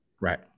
right